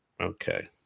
Okay